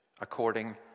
according